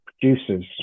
producers